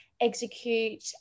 execute